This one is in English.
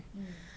mmhmm